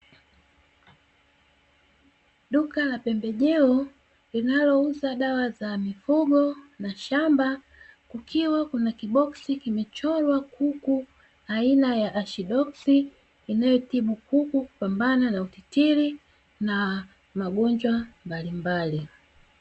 Duka la pembejeo linalouza dawa za mifugo, na shamba kukiwa kuna kiboksi kimechorwa kuku aina ya "ASHIDOX-N", inayotibu kuku na kupambana na utitiri na magonjwa mbalimbali.